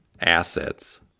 assets